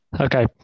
Okay